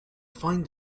find